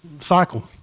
cycle